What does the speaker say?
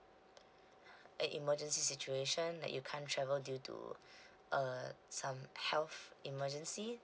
an emergency situation that you can't travel due to uh some health emergency